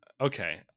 Okay